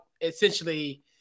essentially